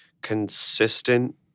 consistent